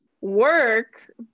work